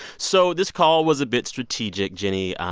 so this call was a bit strategic, gynni.